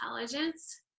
intelligence